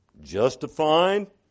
justified